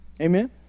amen